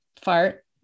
fart